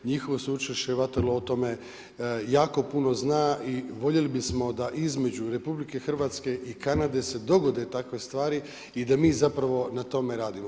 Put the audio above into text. Njihovo sveučilište Waterloo o tome jako puno zna i voljeli bismo da između RH i Kanade se dogode takve stvari i da mi zapravo na tome radimo.